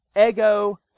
Ego